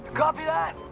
copy that!